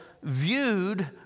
viewed